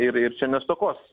ir ir čia nestokos